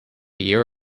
year